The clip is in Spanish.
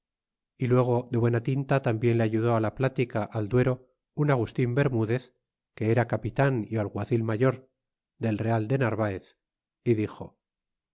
y luego de buena tinta tambien le ayudó á la platica al duero un agustin bermudez que era capitan é alguacil mayor del real de narvaez é dixo